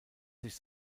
sich